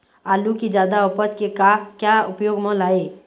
आलू कि जादा उपज के का क्या उपयोग म लाए?